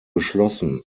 geschlossen